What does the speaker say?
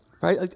Right